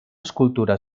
escultura